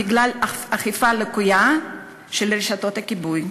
בגלל אכיפה לקויה של רשויות הכיבוי.